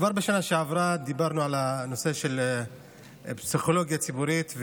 כבר בשנה שעברה דיברנו על הנושא של פסיכולוגיה ציבורית,